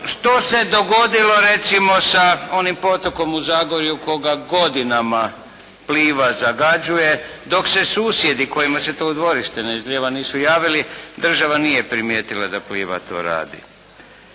Što se dogodilo recimo sa onim potokom u Zagorju koga godinama "Pliva" zagađuju, dok se susjedi kojima se to u dvorište nisu javili, država nije primijetila da "Pliva" to radi.